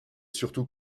surtout